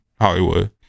Hollywood